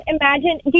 imagine